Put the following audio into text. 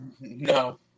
No